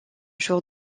jour